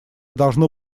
должно